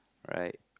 right